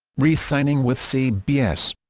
re-signing with cbs